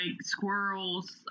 squirrels